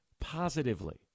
positively